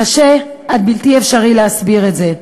קשה עד בלתי אפשרי להסביר את זה.